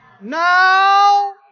now